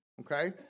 Okay